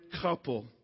couple